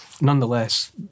nonetheless